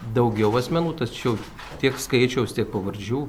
daugiau asmenų tačiau tiek skaičiaus tiek pavardžių